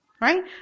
right